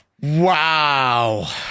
Wow